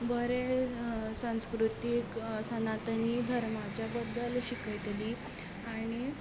बरें संस्कृतीक सनातनी धर्माच्या बद्दल शिकयतली आणी